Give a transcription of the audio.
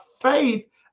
faith